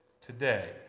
today